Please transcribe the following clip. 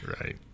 right